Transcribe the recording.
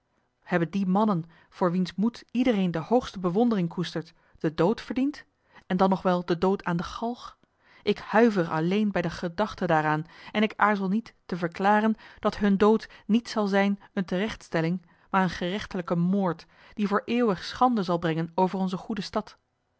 hebben die mannen voor wiens moed iedereen de hoogste bewondering koestert den dood verdiend en dan nog wel den dood aan de galg ik huiver alleen bij de gedachte daaraan en ik aarzel niet te verklaren dat hun dood niet zal zijn eene terechtstelling maar een gerechtelijke moord die voor eeuwig schande zal brengen over onze goede stad